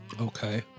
Okay